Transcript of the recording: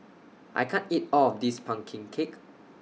I can't eat All of This Pumpkin Cake